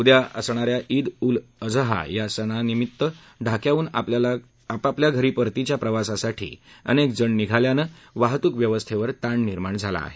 उद्या असणा या ईद उल अझहा या सणानिमित्त ढाक्याहून आपापल्या घरी परतीच्या प्रवासासाठी अनेक जण निघाल्यानं वाहतूक व्यवस्थेवर ताण निर्माण झाला आहे